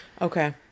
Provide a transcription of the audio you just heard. Okay